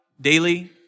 daily